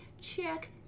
check